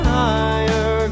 higher